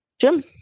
Jim